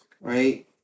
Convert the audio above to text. right